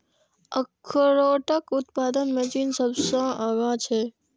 अखरोटक उत्पादन मे चीन सबसं आगां छै